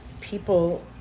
people